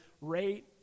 rate